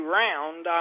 round